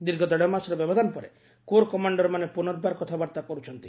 ଦୀର୍ଘ ଦେଢ଼ମାସର ବ୍ୟବଧାନ ପରେ କୋର କମାଣ୍ଡରମାନେ ପୁନର୍ବାର କଥାବାର୍ତ୍ତା କର୍ଚ୍ଚନ୍ତି